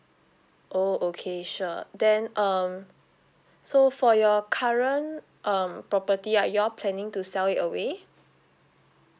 oh okay sure then um so for your current um property are y'all planning to sell it away